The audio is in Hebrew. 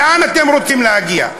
לאן אתם רוצים להגיע?